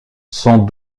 sans